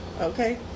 Okay